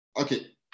Okay